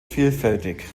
vielfältig